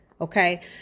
Okay